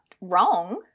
wrong